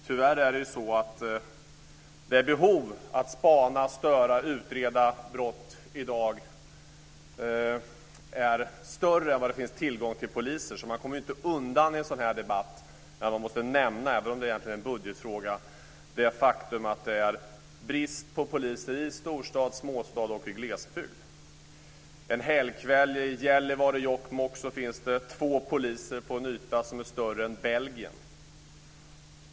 Tyvärr är behovet att spana, störa och utreda brott i dag större än tillgången på poliser, så man kommer i en sådan här debatt inte undan att nämna, även om det egentligen är en budgetfråga, det faktum att det är brist på poliser i storstad, småstad och glesbygd. En helgkväll i Gällivare-Jokkmokk finns det två poliser på en yta som är större än Belgien.